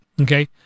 Okay